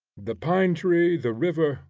the pine-tree, the river,